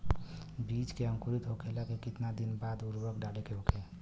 बिज के अंकुरित होखेला के कितना दिन बाद उर्वरक डाले के होखि?